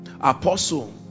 apostle